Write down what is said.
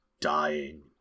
Dying